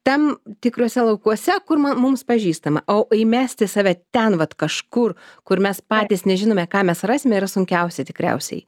tam tikruose laukuose kur ma mums pažįstama o įmesti save ten vat kažkur kur mes patys nežinome ką mes rasime yra sunkiausia tikriausiai